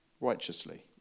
righteously